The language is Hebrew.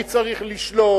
מי צריך לשלול,